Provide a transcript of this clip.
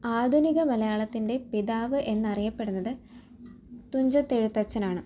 ആധുനിക മലയാളത്തിൻ്റെ പിതാവ് എന്നറിയപ്പെടുന്നത് തുഞ്ചത്തെഴുത്തച്ഛനാണ്